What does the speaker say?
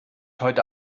heute